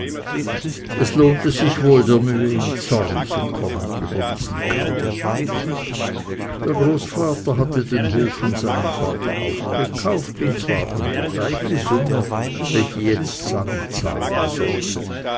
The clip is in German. es lohnte sich wohl der mühe in zorn zu kommen über diesen kauf der großvater hatte den hof von seinem vater auch gekauft und zwar um die gleiche summe welche jetzt sami zahlen sollte